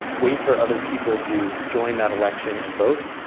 wait for other people to join that election and vote,